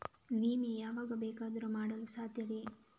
ವಿಮೆ ಯಾರು ಬೇಕಾದರೂ ಮಾಡಲು ಸಾಧ್ಯವೇ?